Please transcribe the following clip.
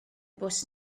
bws